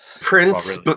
Prince